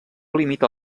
limita